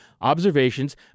observations